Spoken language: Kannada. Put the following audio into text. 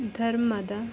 ಧರ್ಮದ